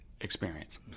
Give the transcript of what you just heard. experience